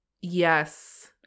Yes